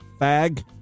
fag